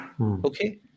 Okay